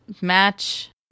match